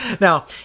Now